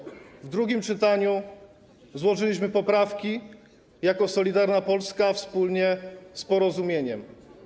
Do tej ustawy w drugim czytaniu złożyliśmy poprawki jako Solidarna Polska wspólnie z Porozumieniem.